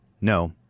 no